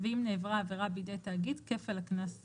ואם נעברה העבירה בידי תאגיד כפל הקנס האמור: